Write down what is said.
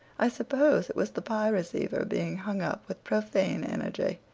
i suppose it was the pye receiver being hung up with profane energy.